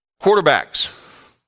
Quarterbacks